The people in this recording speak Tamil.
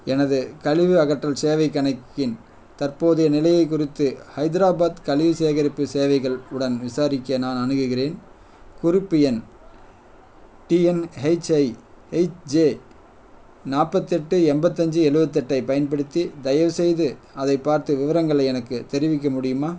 எனது கழிவு அகற்றல் சேவைக் கணக்கின் தற்போதைய நிலையை குறித்து ஹைதராபாத் கழிவு சேகரிப்பு சேவைகள் உடன் விசாரிக்க நான் அணுகுகிறேன் குறிப்பு எண் டிஎன்ஹெச்ஐஹெச்ஜே நாற்பத்தெட்டு எம்பத்தஞ்சு எழுவத்தெட்டைப் பயன்படுத்தி தயவுசெய்து அதைப் பார்த்து விவரங்களை எனக்குத் தெரிவிக்க முடியுமா